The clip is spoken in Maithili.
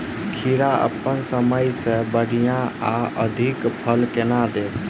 खीरा अप्पन समय सँ बढ़िया आ अधिक फल केना देत?